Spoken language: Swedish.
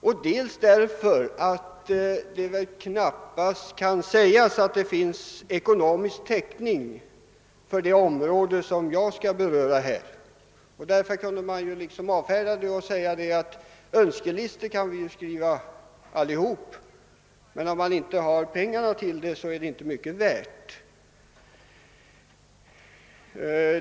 Vidare kan det väl anses att det knappast finns ekonomisk täckning för alla förslag på det område som jag skall beröra, och därför skulle jag kort och gott kunna säga, att önskelistor kan vi alla skriva, men om vi inte har pengar för att förverkliga dem är de inte mycket värda.